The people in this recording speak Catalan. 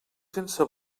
sense